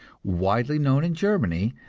widely known in germany,